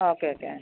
okay okay ആ